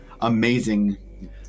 amazing